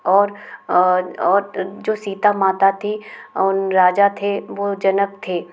और ओट जो सीता माता थी उन राजा थे वह जनक थे